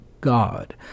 God